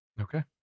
okay